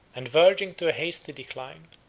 and verging to a hasty decline